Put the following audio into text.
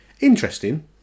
interesting